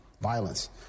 violence